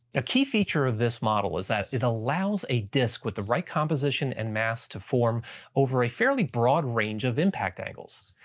ah key feature of this model is that it allows a disk with the right composition and mass to form over a fairly broad range of impact angles.